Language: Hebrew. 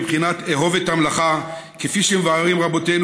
בבחינת "אהוב את המלאכה" כפי שמבארים רבותינו,